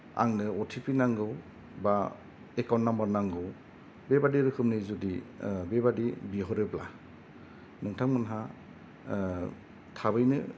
आंनो अ ति पि नांगौ बा एकाउन्ट नाम्बार नांगौ बेबादि रोखोमनि जुदि बेबादि बिहरोब्ला नोंथांमोनहा थाबैनो